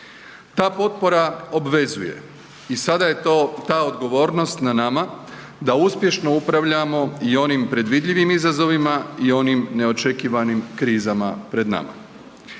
Za potpora obvezuje i sada je to, ta odgovornost na nama da uspješno upravljamo i onim predvidljivim izazovima i onim neočekivanim krizama pred nama.